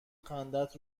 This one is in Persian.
خندت